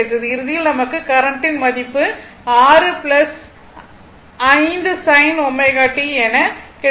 இறுதியில் நமக்கு கரண்டின் மதிப்பு 6 5 sin ω t என கிடைத்தது